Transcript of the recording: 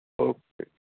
okay